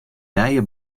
nije